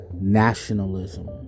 nationalism